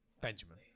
Benjamin